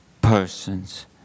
persons